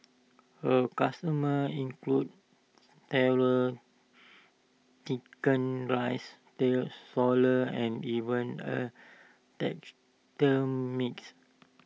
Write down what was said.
her customers include Tailors Chicken Rice still and even A taxidermist